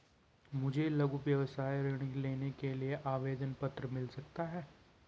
मुझे लघु व्यवसाय ऋण लेने के लिए आवेदन पत्र मिल सकता है?